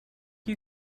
you